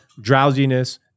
drowsiness